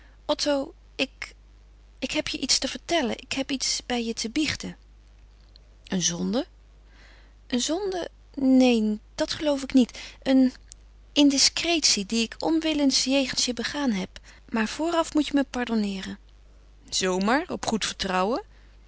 otto ik ik heb je iets te vertellen ik heb iets bij je te biechten een zonde een zonde neen dat geloof ik niet een indiscretie die ik onwillens jegens je begaan heb maar vooraf moet je me pardonneeren zoo maar op goed vertrouwen